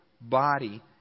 body